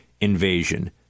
invasion